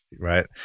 right